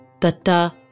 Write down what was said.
Tata